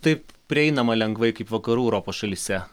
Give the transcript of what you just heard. taip prieinama lengvai kaip vakarų europos šalyse